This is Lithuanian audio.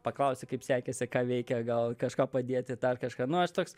paklausi kaip sekėsi ką veikia gal kažką padėti dar kažką nu aš toks